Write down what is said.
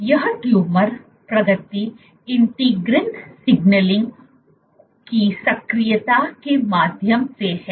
तो यह ट्यूमर प्रगति इंटीग्रिन सिग्नलिंग की सक्रियता के माध्यम से है